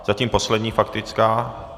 Zatím poslední faktická.